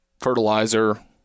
fertilizer